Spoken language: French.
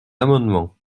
amendement